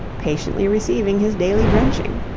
patiently receiving his daily drenching.